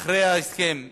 אחרי ההסכם אתכם.